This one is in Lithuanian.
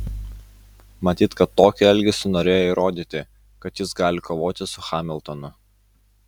matyt kad tokiu elgesiu norėjo įrodyti kad jis gali kovoti su hamiltonu